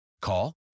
Call